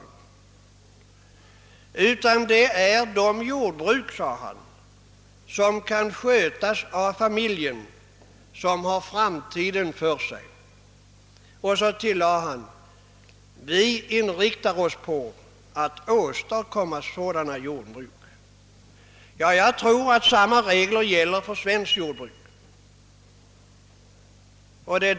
Det är, fortsatte han, de jordbruk som kan skötas av familjen som har framtiden för sig. Och han tilllade: Vi inriktar oss på att åstadkomma sådana jordbruk. Jag tror att samma regler gäller även för svenska jordbruk.